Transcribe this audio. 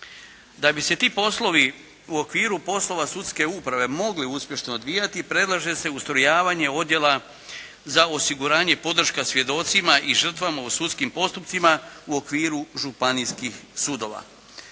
Da bi se ti poslovi u okviru poslova sudske uprave mogli uspješno odvijati predlaže se ustrojavanje odjela za osiguranje i podrška svjedocima i žrtvama u sudskim postupcima u okviru županijskih sudova,